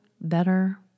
better